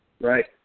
Right